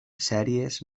sèries